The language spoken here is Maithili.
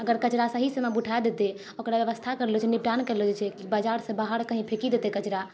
अगर कचड़ा सही समयपर उठा देतै ओकर व्यवस्था करलो जाइ छै निपटान करलो जाइ छै बाजारसँ बाहर कहीँ फेकि देतै कचड़ा